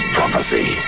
Prophecy